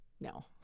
no